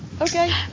okay